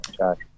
Okay